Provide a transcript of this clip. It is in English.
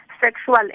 sexual